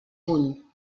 puny